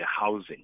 housing